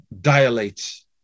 dilates